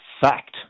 fact